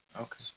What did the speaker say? Okay